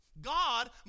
God